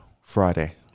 Friday